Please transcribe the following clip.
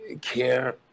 care